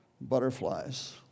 butterflies